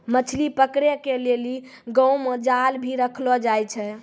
मछली पकड़े के लेली गांव मे जाल भी रखलो जाए छै